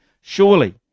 Surely